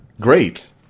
great